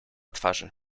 twarzy